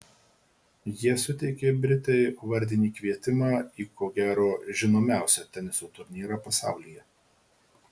jie suteikė britei vardinį kvietimą į ko gero žinomiausią teniso turnyrą pasaulyje